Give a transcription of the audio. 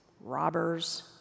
robbers